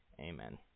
Amen